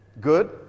Good